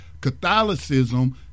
catholicism